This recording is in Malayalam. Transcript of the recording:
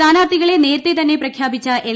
സ്ഥാനാർത്ഥികളെ നേരത്തെ തന്നെ പ്രഖ്യാപിച്ച എൽ